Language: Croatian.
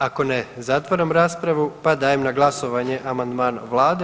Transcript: Ako ne, zatvaram raspravu pa dajem na glasovanje amandman vlade.